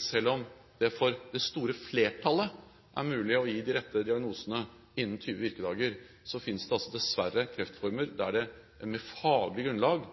Selv om det for det store flertallet er mulig å gi de rette diagnosene innen 20 virkedager, finnes det dessverre kreftformer der det, på faglig grunnlag,